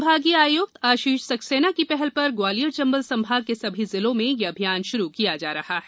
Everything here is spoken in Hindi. संभागीय आयुक्त आशीष सक्सेना की पहल पर ग्वालियर चंबल संभाग के सभी जिलों में ये अभियान प्रारंभ किया जा रहा है